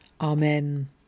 Amen